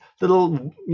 Little